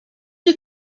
you